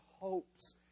hopes